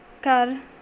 ਘਰ